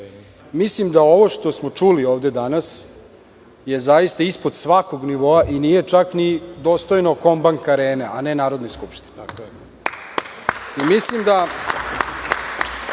da ovo što smo čuli ovde danas je zaista ispod svakog nivoa i nije čak ni dostojno “Kombank arene“, a ne Narodne skupštine. Mislim da,